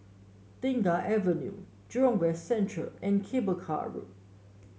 Tengah Avenue Jurong West Central and Cable Car Road